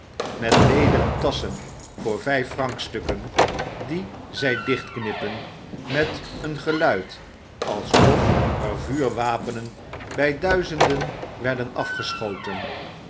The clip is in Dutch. met lederen tasschen voor vijf franc stukken die zy dkhtknippen met een geluid alsof er vuurwapenen by duizenden werden afgeschoten